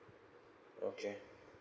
okay